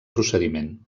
procediment